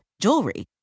jewelry